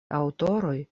aŭtoroj